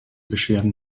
beschwerden